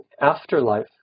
afterlife